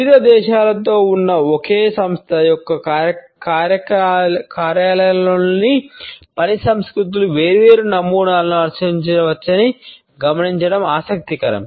వివిధ దేశాలలో ఉన్న ఒకే సంస్థ యొక్క కార్యాలయాల్లోని పని సంస్కృతులు వేర్వేరు నమూనాలను అనుసరించవచ్చని గమనించడం ఆసక్తికరం